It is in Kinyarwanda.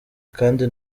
kandi